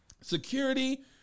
security